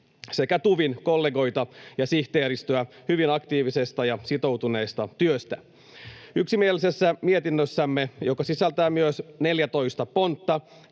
sekä TuVin kollegoita ja sihteeristöä hyvin aktiivisesta ja sitoutuneesta työstä. Yksimielisessä mietinnössämme, joka sisältää myös 14 pontta,